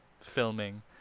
filming